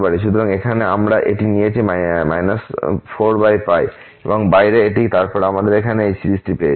সুতরাং এখানে আমরা এটি নিয়েছি 4 বাইরে এবং তারপরে আমরা এখানে এই সিরিজটি পেয়েছি